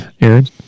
Aaron